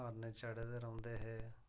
हरन चढ़े दे रौंह्दे हे